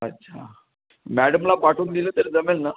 अच्छा मॅडमला पाठवून दिलं तर जमेल ना